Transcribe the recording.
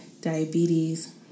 diabetes